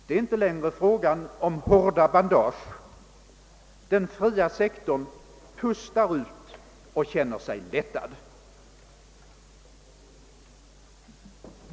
Det är inte längre fråga om hårda bandage. Den fria sektorn pustar ut och känner sig lättad.